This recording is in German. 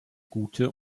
gute